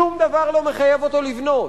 שום דבר לא מחייב אותו לבנות.